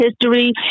history